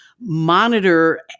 monitor